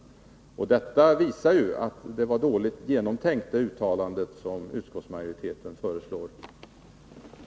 Detta visar att det uttalande som utskottsmajoriteten föreslår var dåligt genomtänkt.